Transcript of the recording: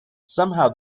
somehow